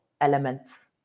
elements